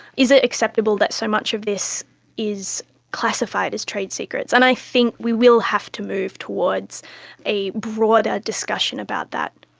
is it acceptable that so much of this is classified as trade secrets? and i think we will have to move towards a broader discussion about that.